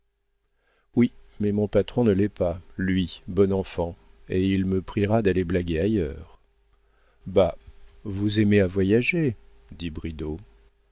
oui mais mon patron ne l'est pas lui bon enfant et il me priera d'aller blaguer ailleurs bah vous aimez à voyager dit